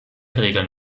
regeln